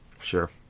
Sure